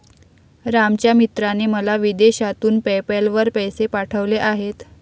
रामच्या मित्राने मला विदेशातून पेपैल वर पैसे पाठवले आहेत